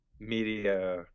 media